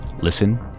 Listen